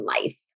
life